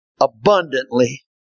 abundantly